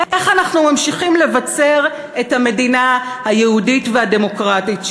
איך אנחנו ממשיכים לבצר את המדינה היהודית והדמוקרטית שלנו?